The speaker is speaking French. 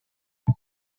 vous